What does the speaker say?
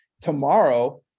tomorrow